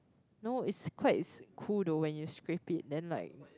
no it's quite cool though when you scrape it then like